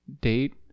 date